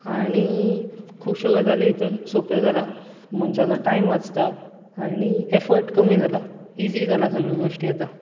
आनी खूबश्यो गजाली हातूंत सोंप्यो जालां मनशाचो टायम वाचता आनी एर्फट कमी जाला इजी जाला सगळ्यो गोश्टी आतां